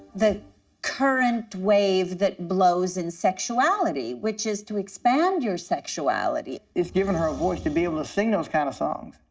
the current wave that blows in sexuality, which is to expand your sexuality. it's given her a voice to able to sing those kind of songs.